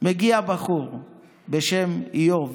מגיע בחור בשם איוב